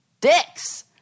dicks